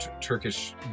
turkish